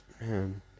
man